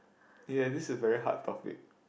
ye this is a very hard topic